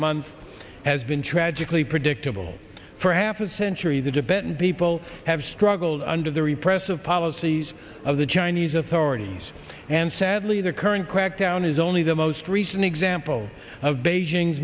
month has been tragically predictable for half a century the dependent people have struggled under the repressive policies of the chinese authorities and sadly the current crackdown is only the most recent example of beijing